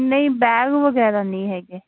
ਨਹੀਂ ਬੈਗ ਵਗੈਰਾ ਨਹੀਂ ਹੈਗੇ